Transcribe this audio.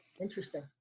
Interesting